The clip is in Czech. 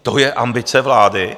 To je ambice vlády?